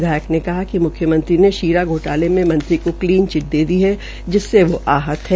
विधायक ने कहा कि म्ख्यमंत्री ने राशि घोटाले में मंत्री को क्लीन चिट दे दी है जिससे वो आहत है